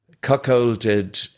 cuckolded